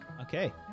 Okay